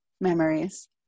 memories